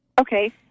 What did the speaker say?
Okay